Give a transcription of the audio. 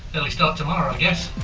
early start tomorrow i